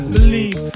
Believe